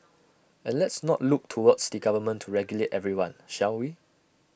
and let's not look towards the government to regulate everyone shall we